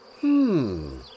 Hmm